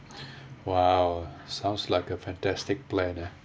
!wow! sounds like a fantastic plan ah